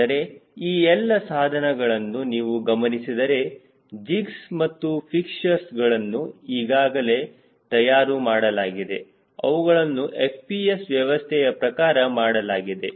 ಆದರೆ ಈ ಎಲ್ಲ ಸಾಧನಗಳನ್ನು ನೀವು ಗಮನಿಸಿದರೆ ಜಿಗ್ಸ್ ಮತ್ತು ಫಿಕ್ಸಚರ್ಸ್ ಗಳನ್ನು ಈಗಾಗಲೇ ತಯಾರು ಮಾಡಲಾಗಿದೆ ಅವುಗಳನ್ನು FPS ವ್ಯವಸ್ಥೆಯ ಪ್ರಕಾರ ಮಾಡಲಾಗಿದೆ